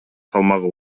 салмагы